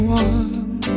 one